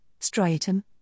striatum